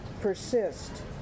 persist